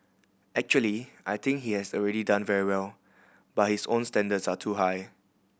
actually I think he has already done very well but his own standards are too high